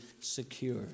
secure